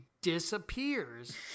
disappears